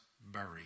buried